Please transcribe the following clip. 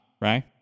right